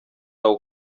wawe